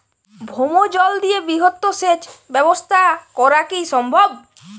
ভৌমজল দিয়ে বৃহৎ সেচ ব্যবস্থা করা কি সম্ভব?